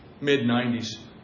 mid-90s